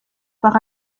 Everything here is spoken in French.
par